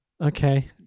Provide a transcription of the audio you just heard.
Okay